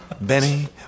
Benny